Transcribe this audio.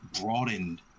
broadened